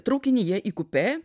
traukinyje į kupė